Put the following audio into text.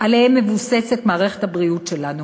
שעליהם מבוססת מערכת הבריאות שלנו.